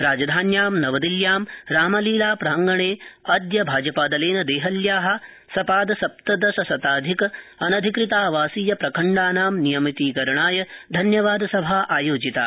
राजधान्यां नवदिल्ल्यां रामलीला प्राङ्गणे अद्य भाजपादलेन देहल्या सपादसप्तदशशताधिक अनधिकृतावासीय प्रखण्डानां नियमितिकरणाय धन्यवादसभा आयोजिता